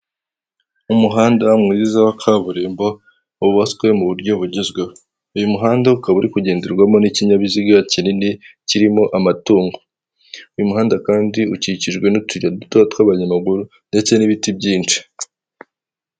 Ni umuhanda mwiza wa kaburimbo wubatswe mu buryo bugezweho, uyu muhanda ukaba uri kugenderwamo n'ikinyabiziga kinini kirimo amatungo, uyu muhanda kandi ukikijwe n'utuyira duto tw'abanyamaguru ndetse n'ibiti byinshi.